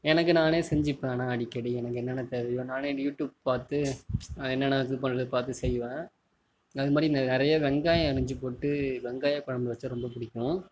எனக்கு நானே செஞ்சுப்பேன் ஆனால் அடிக்கடி எனக்கு என்னென்ன தேவையோ நானே யூடியூப் பார்த்து என்னென்ன இது பண்ணுறது பார்த்து செய்வேன் அதுமாதிரி நிறையா வெங்காயம் அரிஞ்சு போட்டு வெங்காய குழம்பு வைச்சா ரொம்ப பிடிக்கும்